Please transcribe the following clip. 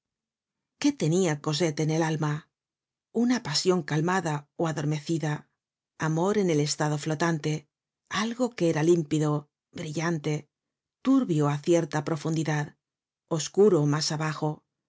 qué tenia gosette en el alma una pasion calmada ó adormecida amor en el estado flotante algo que era límpido brillante turbio á cierta profundidad oscuro mas abajo